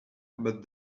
but